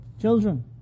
Children